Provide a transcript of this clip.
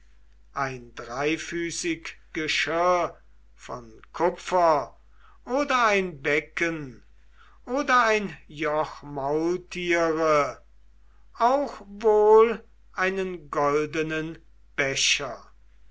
ein dreifüßig geschirr von kupfer oder ein becken oder ein joch maultiere auch wohl einen goldenen becher